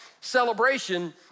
celebration